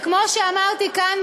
וכמו שאמרתי כאן,